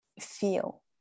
feel